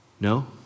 No